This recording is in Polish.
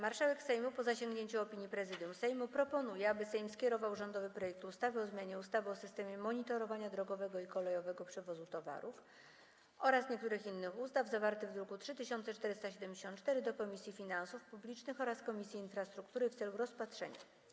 Marszałek Sejmu, po zasięgnięciu opinii Prezydium Sejmu, proponuje, aby Sejm skierował rządowy projekt ustawy o zmianie ustawy o systemie monitorowania drogowego i kolejowego przewozu towarów oraz niektórych innych ustaw, zawarty w druku nr 3474, do Komisji Finansów Publicznych oraz Komisji Infrastruktury w celu rozpatrzenia.